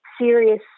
serious